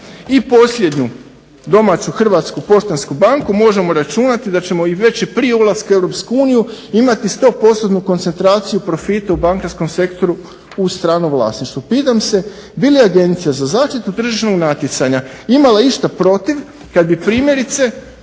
i posljednju domaću Hrvatsku poštansku banku možemo računati da ćemo već i prije ulaska u EU imati 100%-tnu koncentraciju profita u bankarskom sektoru u stranom vlasništvu. Pitam se bi li Agencija za zaštitu tržišnog natjecanja imala išta protiv kad bi primjerice